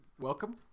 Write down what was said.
welcome